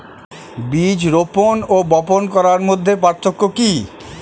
বীজ রোপন ও বপন করার মধ্যে পার্থক্য কি?